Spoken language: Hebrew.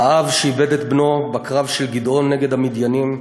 על האב שאיבד את בנו בקרב של גדעון נגד המדיינים,